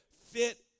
fit